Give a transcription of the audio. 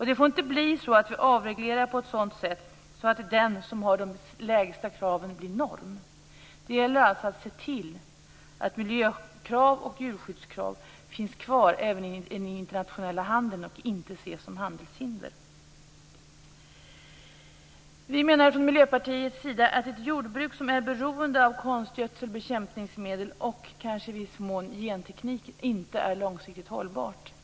Det får inte bli så att vi avreglerar på ett sådant sätt att den som har de lägsta kraven blir norm. Det gäller alltså att se till att miljökrav och djurskyddskrav finns kvar även i den internationella handeln och inte ses som handelshinder. Vi menar från Miljöpartiets sida att ett jordbruk som är beroende av konstgödsel och bekämpningsmedel och kanske i viss mån genteknik inte är långsiktigt hållbart.